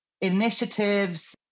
initiatives